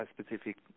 specific